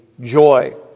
joy